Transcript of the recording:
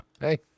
hey